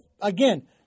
again